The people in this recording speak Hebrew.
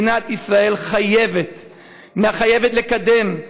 מדינת ישראל חייבת לקדם,